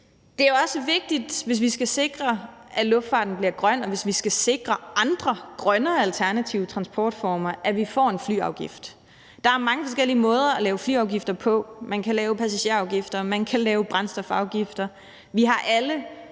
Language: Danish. Det er også vigtigt, hvis vi skal sikre, at luftfarten bliver grøn, og hvis vi skal sikre andre grønnere alternative transportformer, at vi får en flyafgift. Der er mange forskellige måder at lave flyafgifter på – man kan lave passagerafgifter, man kan lave brændstofafgifter. Vi har